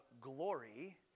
Glory